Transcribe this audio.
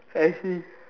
I see